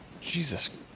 Jesus